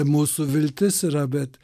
mūsų viltis yra bet